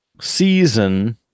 season